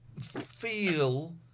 feel